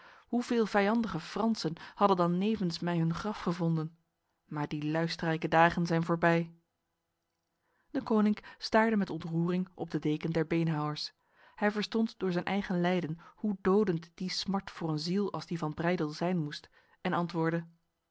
hoeveel vijandige fransen hadden dan nevens mij hun graf gevonden maar die luisterrijke dagen zijn voorbij deconinck staarde met ontroering op de deken der beenhouwers hij verstond door zijn eigen lijden hoe dodend die smart voor een ziel als die van breydel zijn moest en antwoordde